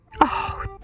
Oh